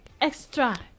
extra